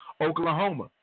Oklahoma